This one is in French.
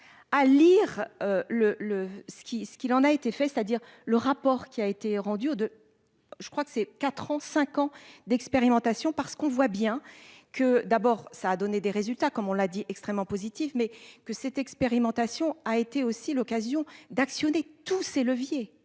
qui ce qu'il en a été fait, c'est-à-dire le rapport qui a été rendu aux deux, je crois que c'est 4 ans 5 ans d'expérimentation parce qu'on voit bien que d'abord ça a donné des résultats comme on l'a dit extrêmement positif mais que cette expérimentation a été aussi l'occasion d'actionner tous ces leviers